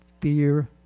Fear